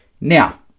Now